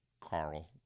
Carl